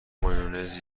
مایونز